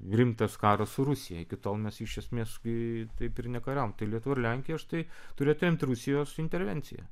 rimtas karas su rusija iki tol mes iš esmės kai taip ir nekariavome tai lietuva ir lenkija štai turi atremti rusijos intervenciją